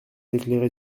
éclairer